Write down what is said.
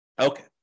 Okay